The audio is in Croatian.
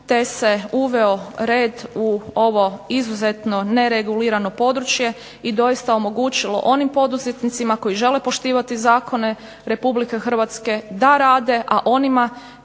te se uveo red u ovo izuzetno ne regulirano područje i doista omogućilo onim poduzetnicima koji žele poštivati zakone RH da rade, a onima